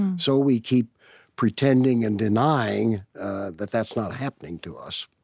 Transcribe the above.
and so we keep pretending and denying that that's not happening to us